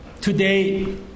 Today